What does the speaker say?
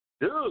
Dude